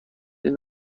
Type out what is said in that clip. این